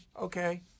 okay